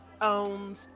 owns